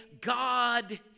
God